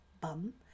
bum